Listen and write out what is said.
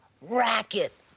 racket